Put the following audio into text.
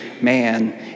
man